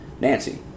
Nancy